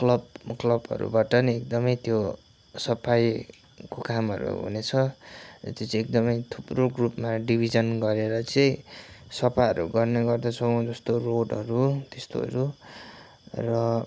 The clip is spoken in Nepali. क्लब क्लबहरूबाट नै एकदमै त्यो सफाईको कामहरू हुनेछ र त्यो चाहिँ एकदमै थुप्रो ग्रुपमा डिभिजन गरेर चाहिँ सफाहरू गर्ने गर्दछौँ जस्तो रोडहरू त्यस्तोहरू र